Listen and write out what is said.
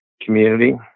community